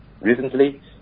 Recently